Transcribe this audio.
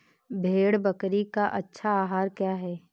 भेड़ बकरी का अच्छा आहार क्या है?